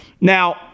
Now